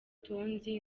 tonzi